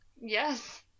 Yes